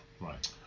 Right